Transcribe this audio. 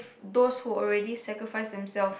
those who already sacrifice themselves